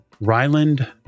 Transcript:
Ryland